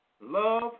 love